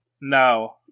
No